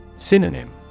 Synonym